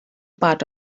part